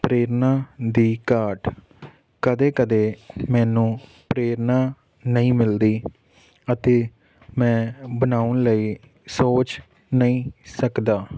ਪ੍ਰੇਰਨਾ ਦੀ ਘਾਟ ਕਦੇ ਕਦੇ ਮੈਨੂੰ ਪ੍ਰੇਰਨਾ ਨਹੀਂ ਮਿਲਦੀ ਅਤੇ ਮੈਂ ਬਣਾਉਣ ਲਈ ਸੋਚ ਨਹੀਂ ਸਕਦਾ